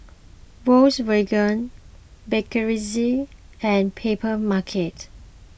Volkswagen Bakerzin and Papermarket